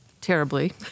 terribly